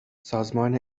سازمان